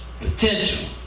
Potential